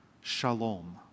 shalom